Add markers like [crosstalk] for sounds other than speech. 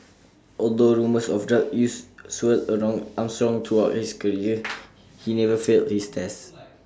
[noise] although rumours of drug use [noise] swirled around Armstrong throughout his career [noise] he never failed his test [noise]